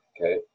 Okay